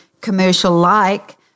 commercial-like